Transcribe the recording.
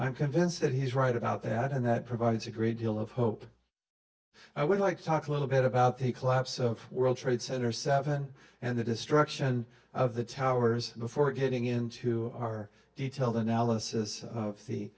i'm convinced that he's right about that and that provides a great deal of hope i would like to talk a little bit about the collapse of world trade center seven and the destruction of the towers before getting into our detailed